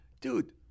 dude